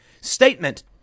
statement